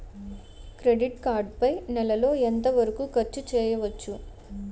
Credit card పై నెల లో ఎంత వరకూ ఖర్చు చేయవచ్చు?